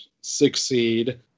succeed